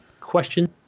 Question